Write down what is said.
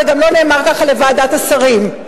וגם לא נאמר כך לוועדת השרים.